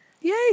Yay